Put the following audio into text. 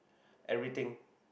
everything